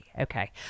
Okay